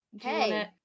Hey